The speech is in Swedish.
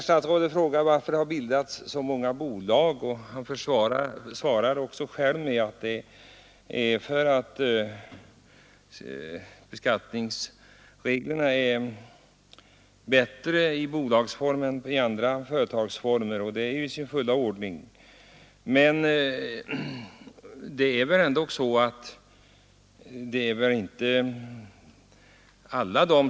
Statsrådet frågade varför det har bildats så många bolag, och han svarade själv att det är därför att beskattningsreglerna är gynnsammare för företag i bolagsform än för andra företagsformer.